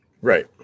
Right